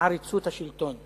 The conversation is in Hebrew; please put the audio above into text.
עריצות השלטון.